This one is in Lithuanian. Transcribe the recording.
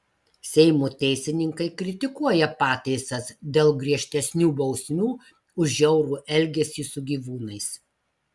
seimo teisininkai kritikuoja pataisas dėl griežtesnių bausmių už žiaurų elgesį su gyvūnais